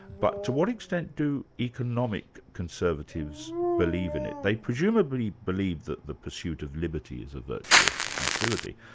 but to what extent do economic conservatives believe in it? they presumably believe that the pursuit of liberty is a virtuous activity,